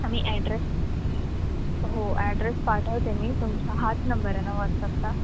आम्ही ॲड्रेस हो ॲड्रेस पाठवते मी तुमचा हाच नंबर आहे ना व्हॉट्सॲपला